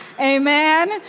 Amen